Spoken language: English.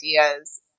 ideas